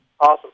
Awesome